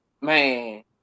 man